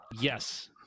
yes